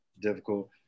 difficult